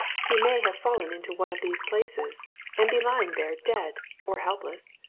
he may have fallen into one of these places and be lying there dead or helpless.